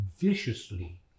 viciously